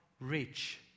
rich